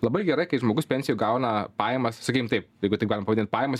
labai gerai kai žmogus pensijoj gauna pajamas sakykim taip jeigu taip galima pavadint pajamas